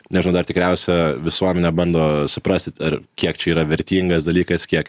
nežinau dar tikriausia visuomenė bando suprasti ar kiek čia yra vertingas dalykas kiek